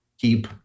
keep